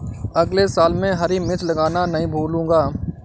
अगले साल मैं हरी मिर्च लगाना नही भूलूंगा